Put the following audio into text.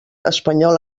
espanyol